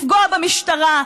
לפגוע במשטרה,